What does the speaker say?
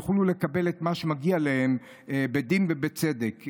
יוכלו לקבל את מה שמגיע להם בדין ובצדק.